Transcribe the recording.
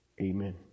Amen